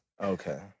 Okay